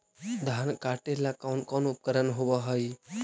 धान काटेला कौन कौन उपकरण होव हइ?